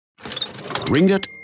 Ringgit